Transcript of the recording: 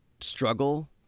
struggle